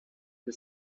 que